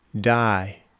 die